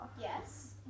Yes